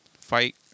fight